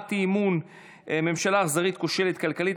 הצעת אי-אמון בנושא: ממשלה אכזרית כושלת כלכלית,